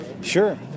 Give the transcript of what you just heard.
Sure